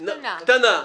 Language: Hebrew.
קטנה,